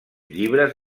llibres